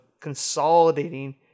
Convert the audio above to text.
consolidating